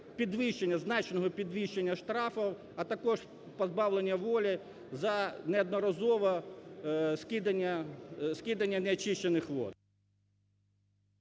значного підвищення штрафів, а також позбавлення волі за неодноразове скидання неочищених вод.